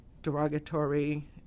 derogatory